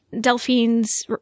Delphine's